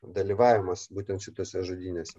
dalyvavimas būtent šitose žudynėse